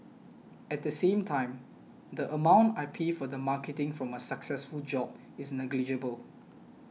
at the same time the amount I pay for the marketing from a successful job is negligible